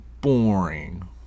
boring